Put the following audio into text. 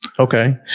Okay